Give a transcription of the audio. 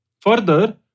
Further